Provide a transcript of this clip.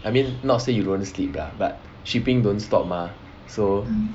I mean not say you don't sleep lah but shipping don't stop mah so